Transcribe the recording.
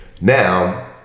now